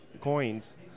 coins